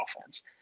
offense